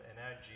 energy